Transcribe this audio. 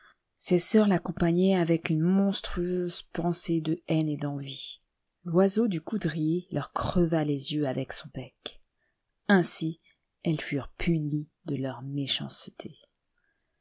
ses sœurs l'accompagnaient avec une monstrueuse pensée de haine et d'envie l'oiseau du coudrier leur creva les yeux avec son bec ainsi elles furent punies de leur méchanceté